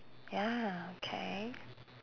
ya okay